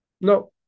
No